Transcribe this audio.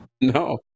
No